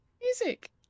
Music